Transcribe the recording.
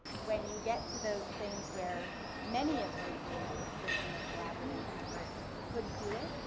when you get to those things where many of the groups within the collaborative effort could do it,